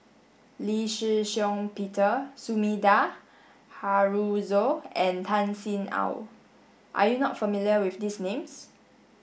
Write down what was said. Lee Shih Shiong Peter Sumida Haruzo and Tan Sin Aun are you not familiar with these names